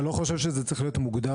אתה לא חושב שזה צריך להיות מוגדר?